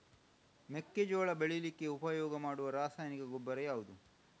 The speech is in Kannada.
ಮೆಕ್ಕೆಜೋಳ ಬೆಳೀಲಿಕ್ಕೆ ಉಪಯೋಗ ಮಾಡುವ ರಾಸಾಯನಿಕ ಗೊಬ್ಬರ ಯಾವುದು?